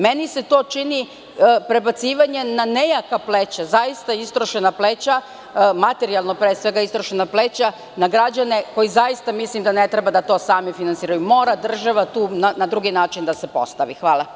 Meni se to čini prebacivanje na nejaka pleća, zaista istrošena pleća, materijalno pre svega istrošena pleća, na građane koji zaista mislim da to ne treba sami da finansiraju, mora država tu na drugi način da se postavi.